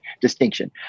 distinction